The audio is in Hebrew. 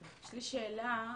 יש לי שאלה.